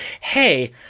hey